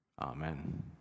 Amen